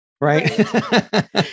right